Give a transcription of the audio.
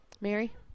Mary